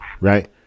right